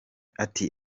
ati